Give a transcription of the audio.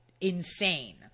insane